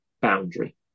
boundary